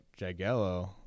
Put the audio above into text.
jagello